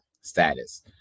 status